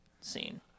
scene